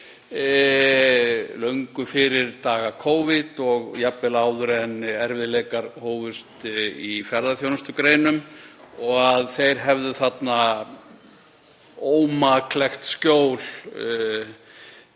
löngu fyrir daga Covid og jafnvel áður en erfiðleikar hófust í ferðaþjónustugreinum og að þeir hefðu þarna ómaklegt skjól.